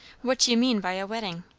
what do you mean by a wedding?